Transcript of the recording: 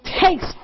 Takes